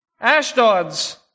Ashdod's